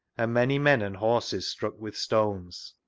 and many men and horses struck with stones.